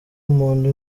umuntu